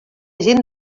gent